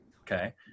okay